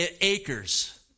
acres